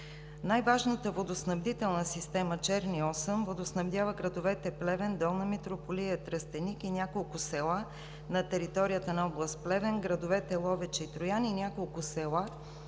Най-важната водоснабдителна система Черни Осъм водоснабдява градовете Плевен, Долна Митрополия и Тръстеник и няколко села на територията на област Плевен, градовете Ловеч и Троян и няколко села